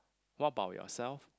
what about yourself